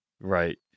Right